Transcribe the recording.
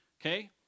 Okay